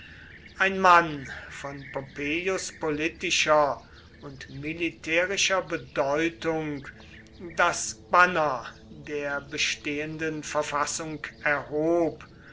ein mann von pompeius politischer und militärischer bedeutung das banner der bestehenden verfassung erhob